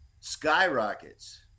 skyrockets